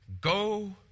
Go